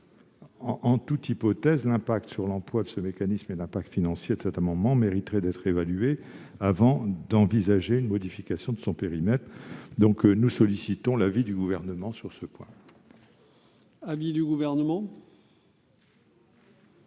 En toute hypothèse, l'impact sur l'emploi de ce mécanisme et l'impact financier de cet amendement mériteraient d'être évalués, avant d'envisager une modification du périmètre. Nous sollicitons donc l'avis du Gouvernement sur ce point.